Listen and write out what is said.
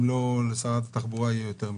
אם לא אפילו שלשר התחבורה יהיה יותר משקל.